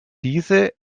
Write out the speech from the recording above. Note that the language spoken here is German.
diese